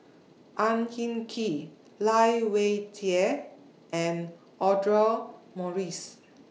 Ang Hin Kee Lai Weijie and Audra Morrice